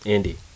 Andy